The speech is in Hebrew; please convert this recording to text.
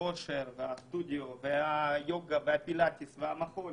הכושר והסטודיו והיוגה והפילאטיס והמחול,